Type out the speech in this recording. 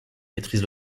maîtrise